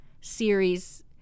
series